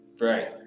Right